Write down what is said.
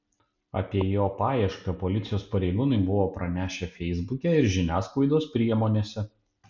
apie jo paiešką policijos pareigūnai buvo pranešę feisbuke ir žiniasklaidos priemonėse